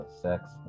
sex